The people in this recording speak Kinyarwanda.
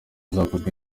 izakozwe